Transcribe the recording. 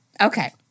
Okay